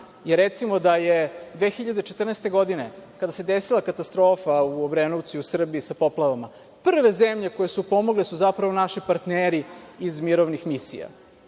jeste da su 2014. godine, kada se desila katastrofa u Obrenovcu i u Srbiji sa poplavama, prve zemlje koje su pomogle zapravo naši partneri iz mirovnih misija.